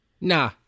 Nah